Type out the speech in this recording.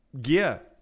gear